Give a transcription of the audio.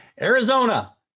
Arizona